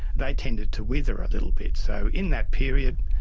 they tended to wither ah little bit. so in that period,